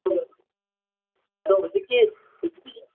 ꯑꯗꯣ ꯍꯧꯖꯤꯛꯀꯤ ꯍꯧꯖꯤꯛꯀꯤ